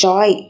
Joy –